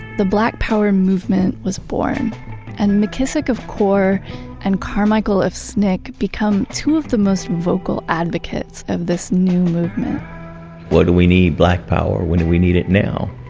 the black power movement was born and mckissick of core and carmichael of sncc become two of the most vocal advocates of this new movement what do we need? black power. when do we need it? now.